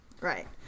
Right